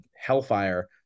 hellfire